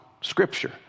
Scripture